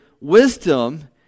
wisdom